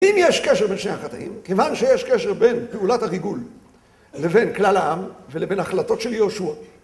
אם יש קשר בין שני החתכים, כיוון שיש קשר בין פעולת הריגול לבין כלל העם ולבין החלטות של יהושע.